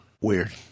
Weird